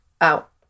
out